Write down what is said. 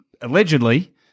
allegedly